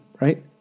right